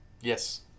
Yes